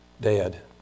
dead